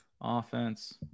Offense